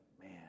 man